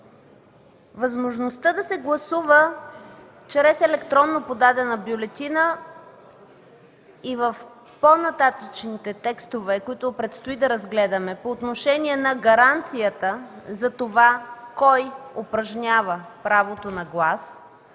Възможността да се гласува чрез електронно подадена бюлетина и в по-нататъшните текстове, които предстои да разгледаме, по отношение на гаранцията за това кой упражнява правото на глас,